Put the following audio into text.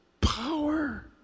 power